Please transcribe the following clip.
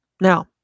Now